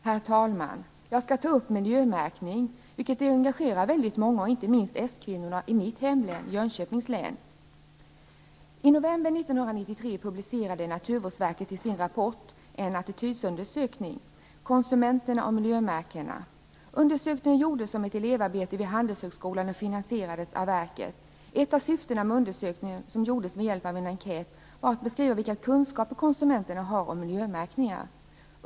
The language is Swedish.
Herr talman! Jag skall ta upp frågan om miljömärkning. Det engagerar väldigt många, inte minst skvinnorna i mitt hemlän Jönköpings län. I november 1993 publicerade Naturvårdsverket i sin rapport en attitydsundersökning, Konsumenterna och miljömärkningarna. Undersökningen gjordes som ett elevarbete vid Handelshögskolan och finansierades av verket. Ett av syftena med undersökningen, som gjordes med hjälp av en enkät, var att beskriva vilka kunskaper konsumenterna har om miljömärkningar.